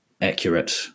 accurate